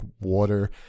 water